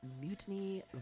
Mutiny